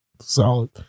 Solid